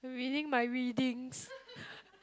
reading my readings